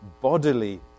bodily